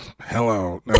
Hello